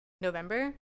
november